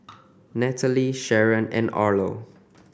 Nataly Sharron and Orlo